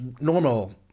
normal